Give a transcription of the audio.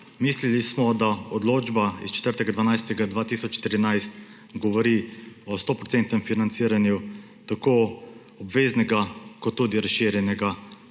mislili smo, da odločba iz 4. 12. 2013 govori o 100 % financiranju tako obveznega kot tudi razširjenega